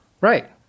right